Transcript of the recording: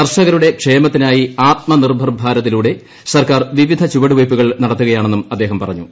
കർഷകരുടെ ക്ഷേമത്തിനായി ആത്മനിർഭർഭാരതിലൂടെ സർക്കാർ വിവിധ ചുവടുവയ്പ്പുകൾ നടത്തുകയാണെന്നും അദ്ദേഹം പറഞ്ഞു